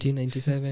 1997